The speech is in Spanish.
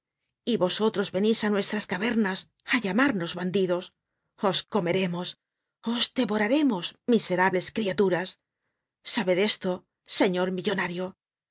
y vosotros venís á nuestras cavernas á llamarnos bandidos os comeremos os devoraremos miserables criaturas sabed esto señor millonario